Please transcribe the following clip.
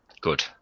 Good